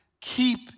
Keep